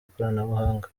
ikoranabuhanga